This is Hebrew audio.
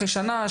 אחרי שנה,